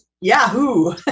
Yahoo